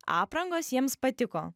aprangos jiems patiko